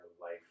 life